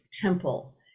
temple